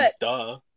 duh